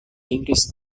inggris